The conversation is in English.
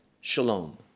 Shalom